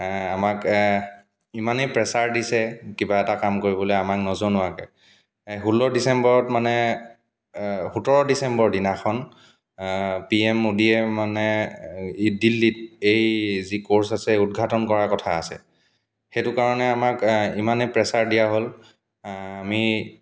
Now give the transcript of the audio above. আমাক ইমানেই প্ৰেছাৰ দিছে কিবা এটা কাম কৰিবলৈ আমাক নজনোৱাকৈ ষোল্ল ডিচেম্বৰত মানে সোতৰ ডিচেম্বৰ দিনাখন পি এম মোডীয়ে মানে দিল্লীত এই যি ক'ৰ্ছ আছে উদঘাটন কৰা কথা আছে সেইটো কাৰণে আমাক ইমানেই প্ৰেছাৰ দিয়া হ'ল আমি